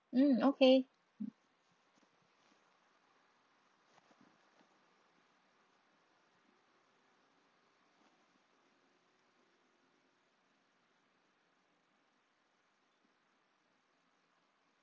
mm okay